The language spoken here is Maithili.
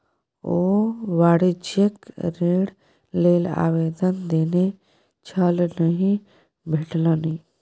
ओ वाणिज्यिक ऋण लेल आवेदन देने छल नहि भेटलनि